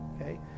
Okay